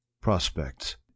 Prospects